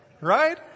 right